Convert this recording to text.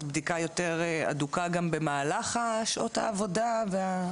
בדיקה יותר הדוקה גם במהלך שעות העבודה?